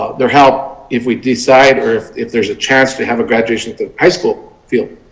their help if we decide or if if there is a chance to have a graduation at the high school field.